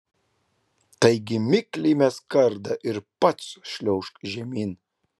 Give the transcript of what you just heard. taigi mikliai mesk kardą ir pats šliaužk žemyn